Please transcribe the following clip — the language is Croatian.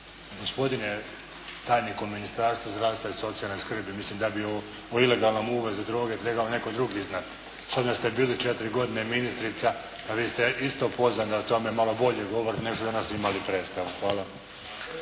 Gospodine tajnik u Ministarstvu zdravstva i socijalne skrbi mislim da bi o ilegalnom uvozu droge trebao netko drugi znati s obzirom da ste bili 4 godine ministrica vi ste isto pozvani da o tome malo bolje govorite ne bi danas imali predstavu. Hvala.